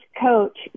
coach